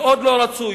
מאוד לא רצוי,